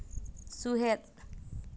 ᱥᱩᱦᱮᱫ